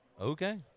Okay